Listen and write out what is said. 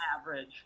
average